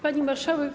Pani Marszałek!